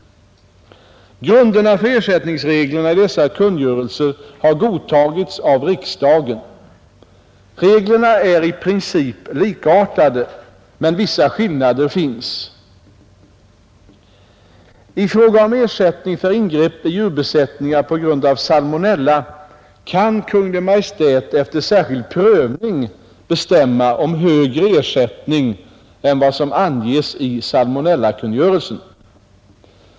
Grunderna för ersättningsreglerna i dessa kungörelser har godtagits av riksdagen. I fråga om ersättning för ingrepp i djurbesättningar på grund av salmonella kan Kungl. Maj:t efter särskild prövning bestämma om högre ersättning än vad som anges i salmonellakungörelsen.